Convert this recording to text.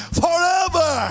forever